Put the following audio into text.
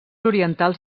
orientals